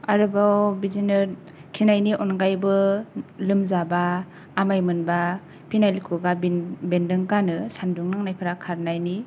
आरोबाव बिदिनो खिनायनि अन गायैबो लोमजाबा आमाय मोनबा फिनेल खुगा बेन बेनदों गानो सानदुं नांनायफोरा खारनायनि